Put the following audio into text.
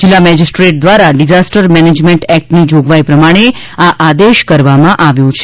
જિલ્લા મેજીસ્ટ્રેટ દ્વારા disaster management એક્ટની જોગવાઈ પ્રમાણે આ આદેશ કરવામાં આવ્યો છે